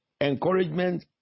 encouragement